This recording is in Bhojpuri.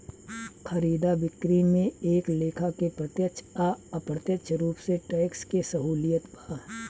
खरीदा बिक्री में एक लेखा के प्रत्यक्ष आ अप्रत्यक्ष रूप से टैक्स के सहूलियत बा